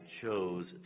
chose